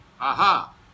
Aha